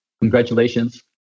Congratulations